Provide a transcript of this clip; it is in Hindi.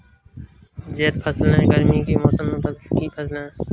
ज़ैद फ़सलें गर्मी के मौसम की फ़सलें हैं